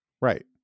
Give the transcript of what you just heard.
Right